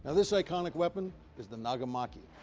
ah this iconic weapon is the nagamaki.